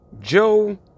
Joe